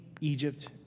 Egypt